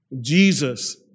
Jesus